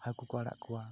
ᱦᱟᱹᱠᱩ ᱠᱚ ᱟᱲᱟᱜ ᱠᱚᱣᱟ